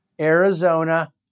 Arizona